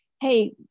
Hey